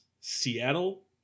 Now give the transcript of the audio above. Seattle